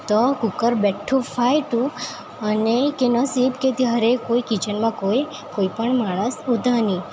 તો કૂકર બેઠું ફાટ્યું અને કે નસીબ કે ત્યારે કોઈ કિચનમાં કોઈ કોઈપણ માણસ હતા નહીં